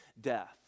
death